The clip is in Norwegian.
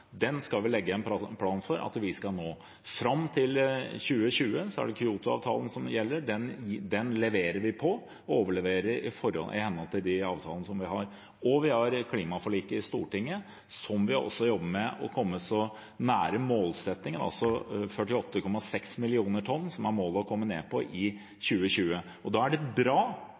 Den skal vi legge en plan for at vi skal nå. Fram til 2020 er det Kyotoavtalen som gjelder. Den leverer vi på – vi overleverer i henhold til de avtalene vi har. Og vi har klimaforliket i Stortinget, der vi også jobber med å komme nær målsettingen på 48,6 mill. tonn, som det er målet å komme ned på i 2020. Da er det bra